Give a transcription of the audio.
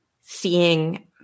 seeing